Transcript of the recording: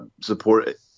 support